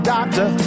Doctor